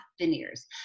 veneers